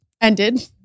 ended